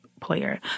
player